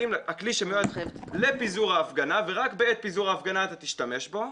הכלי שמיועד לפיזור ההפגנה ורק בעת פיזור הפגנה תשתמש בו,